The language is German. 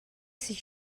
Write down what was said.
sich